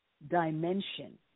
dimension